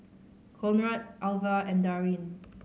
Conrad Alva and Darrin